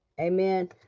Amen